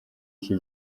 iki